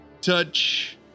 touch